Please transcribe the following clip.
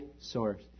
source